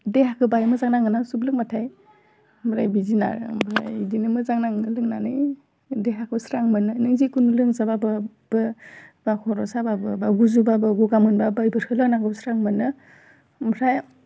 देहाखौ बाहाय मोजां नांगोन ना सुब लोंबाथाय ओमफ्राय बिदिनो आरो ओमफ्राय इदिनो मोजां नाङो लोंनानै देहाखौ स्रां मोनो नों जेखुनु लोमजाबाबो बा खर' साबाबो बा गुजुबाबो गगा मोनबाबो इफोरखौ लोंनागौ स्रां मोनो ओमफ्राय